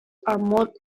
armored